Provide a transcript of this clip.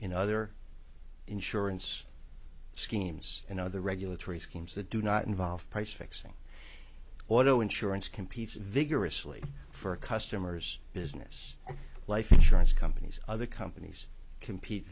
in other insurance schemes in other regulatory schemes that do not involve price fixing auto insurance competes vigorously for customers business life insurance companies other companies compete